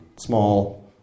Small